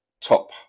top